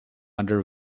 under